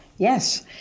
Yes